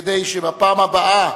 כדי שבפעם הבאה